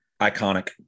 iconic